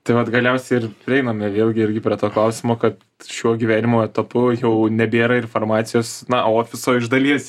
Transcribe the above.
tai vat galiausiai ir prieiname vėlgi irgi prie to klausimo kad šiuo gyvenimo etapu jau nebėra ir farmacijos na ofiso iš dalies